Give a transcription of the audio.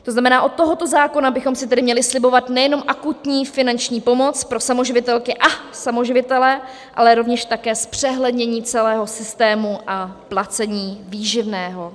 To znamená, od tohoto zákona bychom si tedy měli slibovat nejenom akutní finanční pomoc pro samoživitelky a samoživitele, ale rovněž zpřehlednění celého systému a placení výživného.